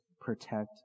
protect